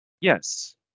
Yes